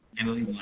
Emily